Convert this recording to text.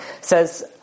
says